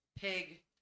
pig